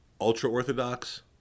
ultra-orthodox